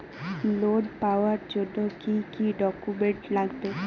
Loan পাওয়ার জন্যে কি কি ডকুমেন্ট লাগবে?